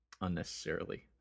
unnecessarily